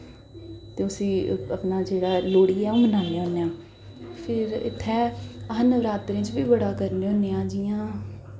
ते अपना जेह्ड़ा लोह्ड़ी दा बनाने होन्ने आं फिर इत्थै अस नवरात्रें च बी बड़ा करने होन्ने आं जि'यां